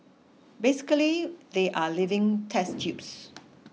basically they are living test tubes